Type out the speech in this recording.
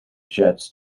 jets